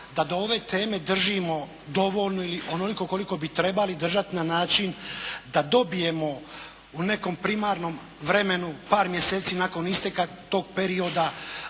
da do ove teme držimo dovoljno ili onoliko koliko koliko bi trebali držati na način da dobijemo u nekom primarnom vremenu par mjeseci nakon isteka toga perioda